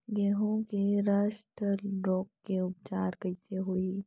गेहूँ के रस्ट रोग के उपचार कइसे होही?